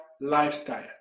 lifestyle